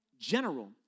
general